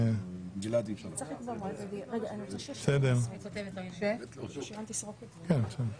עד היום מי שיצא להכשרה תוך כדי תקופת האבטלה ירדו לו 30% מדמי האבטלה.